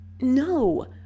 No